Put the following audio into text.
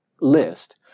list